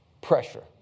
Pressure